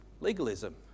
legalism